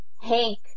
Hank